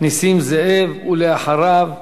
נסים זאב, ואחריו,